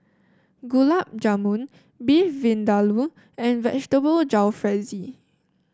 Gulab Jamun Beef Vindaloo and Vegetable Jalfrezi